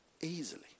Easily